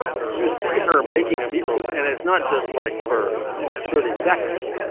you see her making a meatloaf. and it's not just like for thirty seconds.